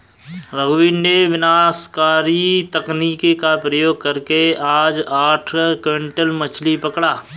रघुवीर ने विनाशकारी तकनीक का प्रयोग करके आज आठ क्विंटल मछ्ली पकड़ा